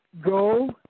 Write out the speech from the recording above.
go